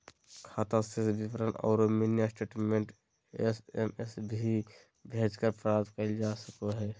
खाता शेष विवरण औरो मिनी स्टेटमेंट एस.एम.एस भी भेजकर प्राप्त कइल जा सको हइ